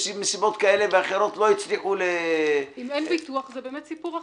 מסיבות כאלה ואחרות --- אם אין ביטוח זה באמת סיפור אחר,